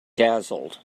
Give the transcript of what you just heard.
dazzled